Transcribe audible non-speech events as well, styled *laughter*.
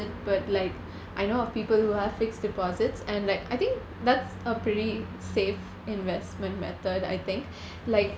but like *breath* I know of people who have fixed deposits and like I think that's a pretty safe investment method I think *breath* like